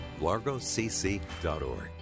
largocc.org